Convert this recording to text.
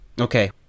okay